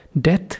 death